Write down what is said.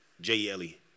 J-E-L-E